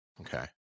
Okay